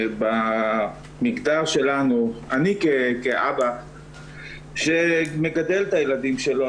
אני כאבא שמגדל את הילדים שלו,